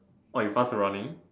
orh you pass your running